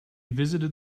visited